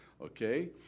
Okay